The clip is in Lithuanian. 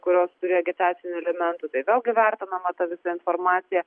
kurios turi agitacinių elementų tai vėlgi vertinama ta visa informacija